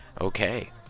Okay